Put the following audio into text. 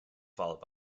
followed